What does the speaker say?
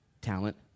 talent